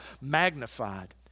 magnified